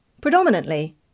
Predominantly